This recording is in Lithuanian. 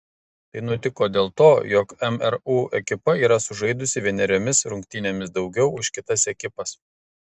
tai nutiko dėl to jog mru ekipa yra sužaidusi vieneriomis rungtynėmis daugiau už kitas ekipas